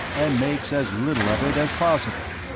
and makes as little of it as possible.